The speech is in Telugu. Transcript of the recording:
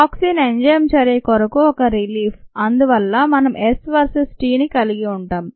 టాక్సిన్ ఎంజైమ్ చర్య కొరకు ఒక రిలీఫ్ అందువల్ల మనం s వర్సెస్ t ని కలిగి ఉంటాం